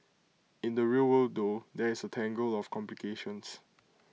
in the real world though there's A tangle of complications